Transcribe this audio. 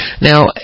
now